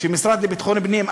כשהמשרד לביטחון הפנים,